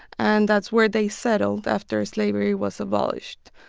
and that's where they settled after slavery was abolished.